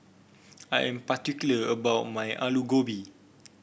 I am particular about my Alu Gobi